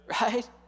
Right